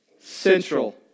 central